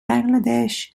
bangladesh